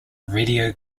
radio